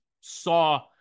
saw